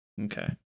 Okay